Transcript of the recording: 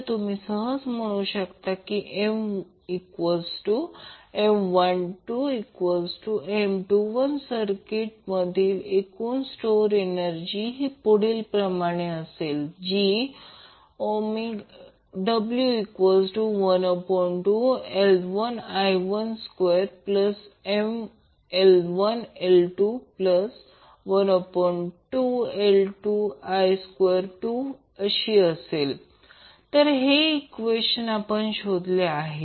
तर तुम्ही सहज म्हणू शकता की MM12M21सर्किट मधील एकूण स्टोअर एनर्जी ही अशा प्रकारे w12L1I12MI1I212L2I22 तर हे ईक्वेशन आपण शोधले आहे